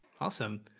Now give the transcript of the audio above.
Awesome